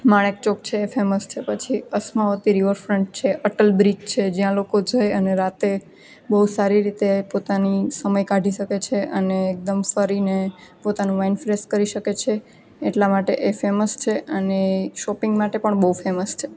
માણેકચોક છે એ ફેમસ છે પછી અસમાવતી રિવરફ્રંટ છે અટલ બ્રિજ છે જ્યાં લોકો જઈ અને રાતે બહુ સારી રીતે પોતાની સમય કાઢી શકે છે અને એકદમ ફરીને પોતાનું માઇન્ડ ફ્રેસ કરી શકે છે એટલા માટે એ ફેમસ છે અને શોપિંગ માટે પણ બહુ ફેમસ છે